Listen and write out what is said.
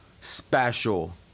special